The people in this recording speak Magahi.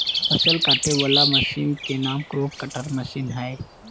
फसल काटे वला मशीन के नाम क्रॉप कटर मशीन हइ